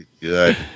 Good